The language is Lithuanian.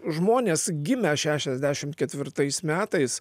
žmonės gimę šešiasdešimt ketvirtais metais